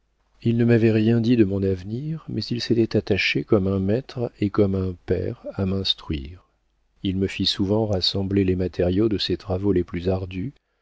il ne m'avait rien dit de mon avenir mais il s'était attaché comme un maître et comme un père à m'instruire il me fit souvent rassembler les matériaux de ses travaux les plus ardus